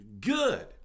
good